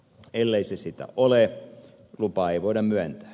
ellei se sitä ole lupaa ei voida myöntää